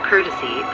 courtesy